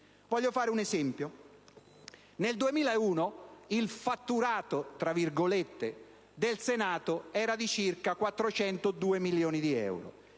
Voglio fare un esempio. Nel 2001, il fatturato del Senato era di circa 402 milioni di euro,